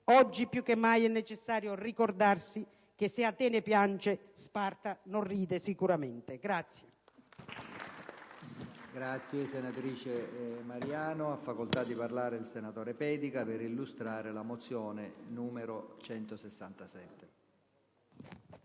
oggi più che mai è necessario ricordarsi che, se Atene piange, Sparta non ride sicuramente.